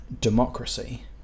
democracy